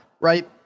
right